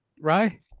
right